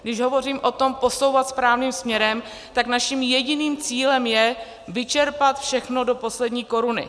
Když hovořím o tom posouvat správným směrem, tak naším jediným cílem je vyčerpat všechno do poslední koruny.